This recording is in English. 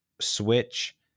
switch